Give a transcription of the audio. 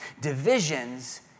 Divisions